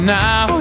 now